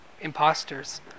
imposters